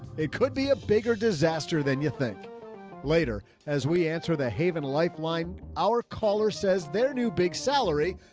it could be a bigger disaster than you think later. as we answer the haven lifeline, our caller says their new big salary.